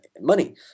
money